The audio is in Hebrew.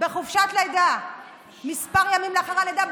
בחופשת לידה כמה ימים לאחר הלידה,